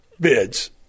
Bids